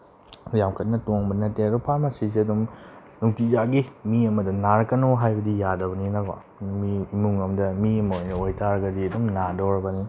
ꯌꯥꯝ ꯀꯟꯅ ꯇꯣꯡꯕ ꯅꯠꯇꯦ ꯑꯗꯣ ꯐꯥꯔꯃꯥꯁꯤꯁꯦ ꯑꯗꯨꯝ ꯅꯨꯡꯇꯤꯖꯥꯒꯤ ꯃꯤ ꯑꯃꯗ ꯅꯥꯔꯛꯀꯅꯣ ꯍꯥꯏꯕꯗꯤ ꯌꯥꯗꯕꯅꯤꯅꯀꯣ ꯃꯤ ꯏꯃꯨꯡ ꯑꯃꯗ ꯃꯤ ꯑꯃ ꯑꯣꯏꯅ ꯑꯣꯏꯇꯔꯒꯗꯤ ꯑꯗꯨꯝ ꯅꯥꯗꯣꯔꯕꯅꯤ